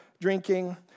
drinking